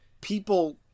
people